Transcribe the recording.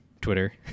Twitter